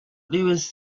louis